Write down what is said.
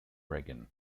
reagan